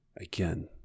again